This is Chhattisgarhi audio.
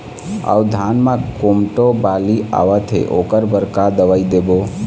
अऊ धान म कोमटो बाली आवत हे ओकर बर का दवई देबो?